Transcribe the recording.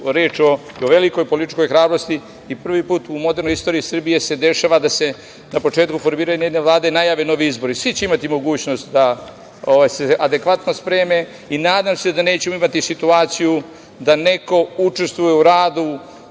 reč o velikoj političkoj hrabrosti. Prvi put u modernoj istoriji Srbije se dešava da se na početku formiranja jedne vlade najave novi izbori. Svi će imati mogućnost da se adekvatno spreme i nadam se da nećemo imati situaciju da neko učestvuje u radu